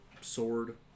sword